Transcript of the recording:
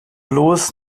bloß